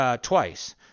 twice